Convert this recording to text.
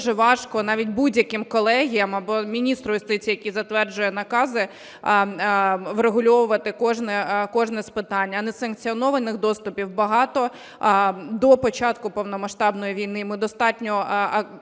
дуже важко, навіть будь-яким колегіям, або міністру юстиції, який затверджує накази, врегульовувати кожне з питань. А несанкціонованих доступів багато, до початку повномасштабної війни